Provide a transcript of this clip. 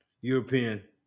European